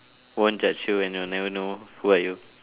won't judge you and will never know who are you